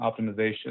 optimization